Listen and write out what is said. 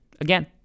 again